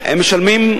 הם משלמים,